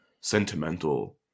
sentimental